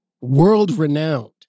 world-renowned